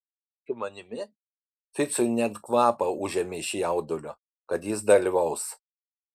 su manimi ficui net kvapą užėmė iš jaudulio kad jis dalyvaus